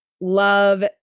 love